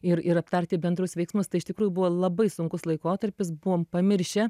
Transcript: ir ir aptarti bendrus veiksmus tai iš tikrųjų buvo labai sunkus laikotarpis buvom pamiršę